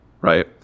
right